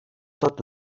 tot